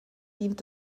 dient